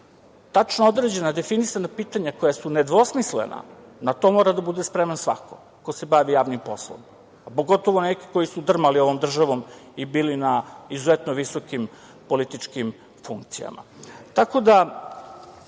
tačno određena, definisana pitanja koja su nedvosmislena, na to mora da bude spreman svako ko se bavi javnim poslom, pogotovo neki koji su drmali ovom državom i bili na izuzetno visokim političkim funkcijama. Tako da,